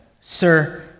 Sir